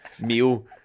meal